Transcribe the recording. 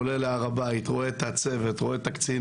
אני עולה להר הבית ורואה את הצוות והקצינים,